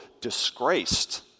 disgraced